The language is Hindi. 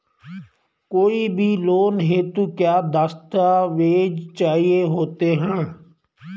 कोई भी लोन हेतु क्या दस्तावेज़ चाहिए होते हैं?